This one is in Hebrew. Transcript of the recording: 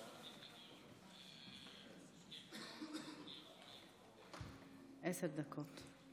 עשר דקות.